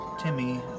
Timmy